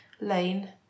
lane